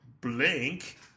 blink